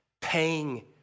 paying